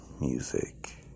Music